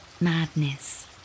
madness